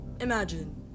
imagine